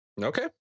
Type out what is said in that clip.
Okay